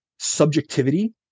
subjectivity